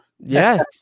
Yes